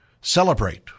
celebrate